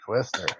Twister